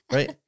Right